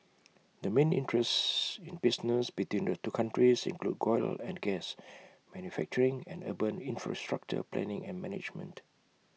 the main interests in business between the two countries include oil and gas manufacturing and urban infrastructure planning and management